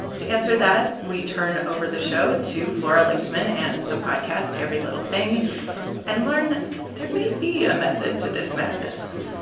to answer that, we turn over the show to flora lichtman and the podcast every little thing and learn there may be a method to this madness